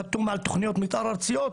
חתום על תוכניות מתאר ארציות,